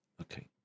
Okay